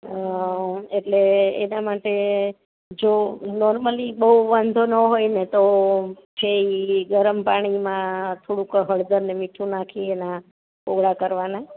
એટલે એના માટે જો નોરમલી બઉ વાંધો ણ આવે ને તો છે ઈ ગરમ પાણીમાં થોડુંક હળદરને મીઠું નાખી અને કોગળા કરવાના